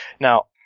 Now